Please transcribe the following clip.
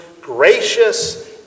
gracious